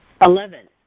Eleven